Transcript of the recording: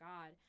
God